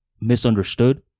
misunderstood